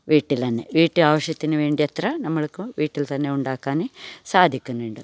വീട്ടിൽ തന്നെ വീട്ടാവശ്യത്തിന് വേണ്ടത്ര നമ്മൾക്കു വീട്ടിൽ തന്നെ ഉണ്ടാക്കാൻ സാധിക്കുന്നുണ്ട്